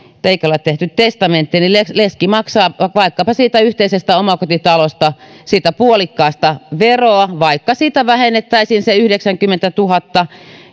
ole tehty testamenttia niin leski maksaa vaikkapa siitä yhteisestä omakotitalosta siitä puolikkaasta veroa vaikka siitä vähennettäisiin se yhdeksänkymmentätuhatta